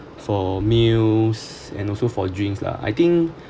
for meals and also for drinks lah I think